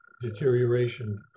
deterioration